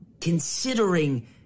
considering